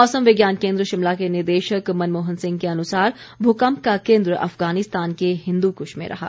मौसम विज्ञान केंद्र शिमला के निदेशक मनमोहन सिंह के अनुसार भूकंप का केंद्र अफगानिस्तान के हिंदुक्श में रहा